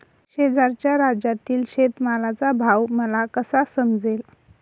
शेजारच्या राज्यातील शेतमालाचा भाव मला कसा समजेल?